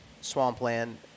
swampland